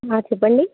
చెప్పండి